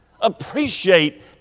Appreciate